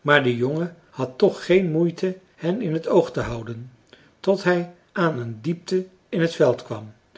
maar de jongen had toch geen moeite hen in het oog te houden tot hij aan een diepte in t veld kwam